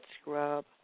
scrub